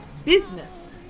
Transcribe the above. business